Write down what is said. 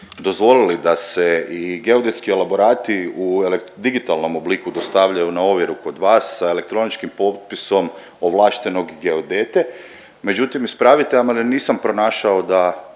dozvolili da se i geodetski elaborati u digitalnom obliku dostavljaju na ovjeru kod vas, a elektroničkim potpisom ovlaštenog geodete, međutim ispravite, ali nisam pronašao da